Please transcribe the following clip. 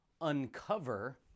uncover